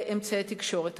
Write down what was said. באמצעי תקשורת אחרים.